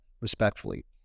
respectfully